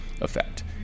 effect